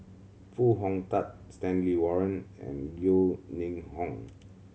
Foo Hong Tatt Stanley Warren and Yeo Ning Hong